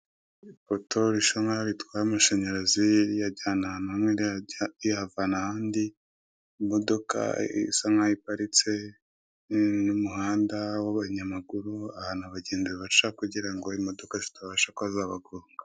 Ipoto risa naho ritwaye amashanyarazi riyajyana ahantu hamwe riyavana ahandi, imodoka isa nk'aho iparitse n'umuhanda w'abanyamaguru, ahantu abagenzi baca kugira ngo imodoka zitabasha kuba zabagonga.